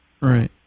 right